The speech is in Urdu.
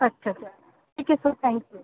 اچھا اچھا ٹھیک ہے سر تھینک یو